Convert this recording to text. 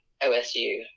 OSU